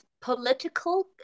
political